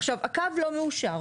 עכשיו, הקו לא מאושר.